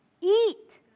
eat